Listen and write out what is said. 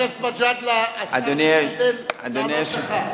חבר הכנסת מג'אדלה, השר מתכונן לענות לך.